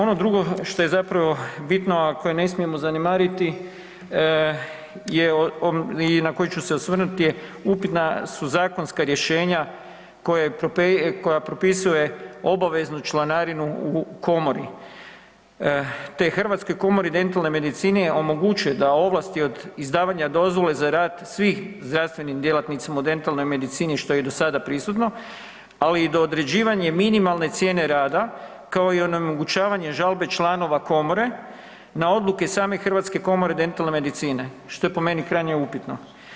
Ono drugo što je zapravo bitno, a koje ne smijemo zanemariti i na koji ću se osvrnuti, upitna su zakonska rješenja koja propisuje obaveznu članarinu u komori te Hrvatskoj komori dentalne medicine omogućuje da ovlasti od izdavanje dozvola za rad svim zdravstvenim djelatnicima u dentalnoj medicini što je i do sada prisutno, ali i do određivanja minimalne cijene rada kao i onemogućavanja žalbe članova komore na odluke same Hrvatske komore dentalne medicine, što je po meni krajnje upitno.